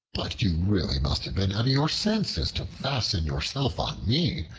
but you really must have been out of your senses to fasten yourself on me,